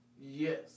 Yes